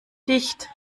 dicht